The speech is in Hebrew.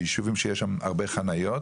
בישובים שיש שם הרבה חניות.